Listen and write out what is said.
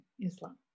Islam